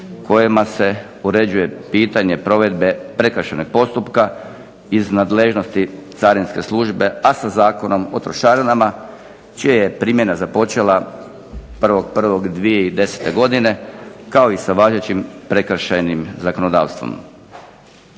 kojima se uređuje pitanje provedbe prekršajnog postupka iz nadležnosti carinske službe, a sa Zakonom o trošarinama čija je primjena započela 1.1.2010. godine, kao i sa važećim prekršajnim zakonodavstvom.